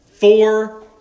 four